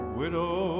widow